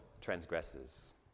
transgresses